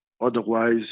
Otherwise